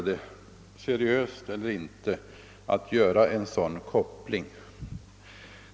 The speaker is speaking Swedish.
Det går inte att göra en sådan sammankoppling.